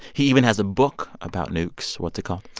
he even has a book about nukes. what's it called?